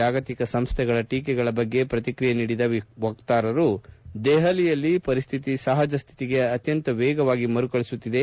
ಜಾಗತಿಕ ಸಂಸ್ಥೆಗಳ ಟೀಕೆಗಳ ಬಗ್ಗೆ ಪ್ರತಿಕ್ರಿಯೆಸಿದ ವಕ್ತಾರರು ದೆಹಲಿಯಲ್ಲಿ ಪರಿಸ್ಥಿತಿ ಸಹಜ ಸ್ಥಿತಿಗೆ ಅತ್ಕಂತ ವೇಗವಾಗಿ ಮರುಕಳಿಸುತ್ತಿದೆ